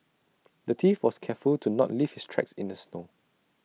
the thief was careful to not leave his tracks in the snow